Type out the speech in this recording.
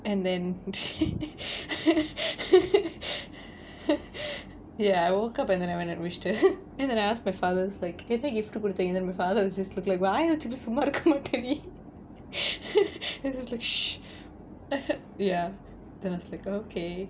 and then ya I woke up and then I went and wished her then I asked my father like என்ன:enna gift டு கொடுத்தீங்க:du kodutheenga then my father was just look like வாய வச்சிட்டு சும்மா இருக்க மாட்டியா நீ:vaaya vachittu summaa irukka maattiyaa nee he was just like then I was like okay